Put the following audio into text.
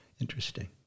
Interesting